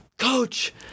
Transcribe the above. Coach